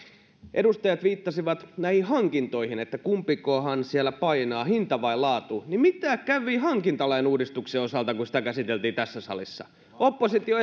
edustajat viittasivat näihin hankintoihin että kumpikohan siellä painaa hinta vai laatu mitä kävi hankintalain uudistuksen osalta kun sitä käsiteltiin tässä salissa oppositio